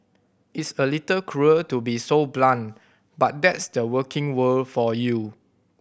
it's a little cruel to be so blunt but that's the working world for you